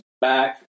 back